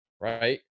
right